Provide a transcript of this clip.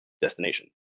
destination